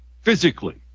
physically